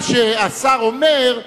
מה שהשר אומר,